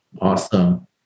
Awesome